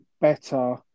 better